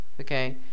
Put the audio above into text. Okay